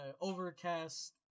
Overcast